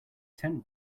tent